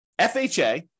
FHA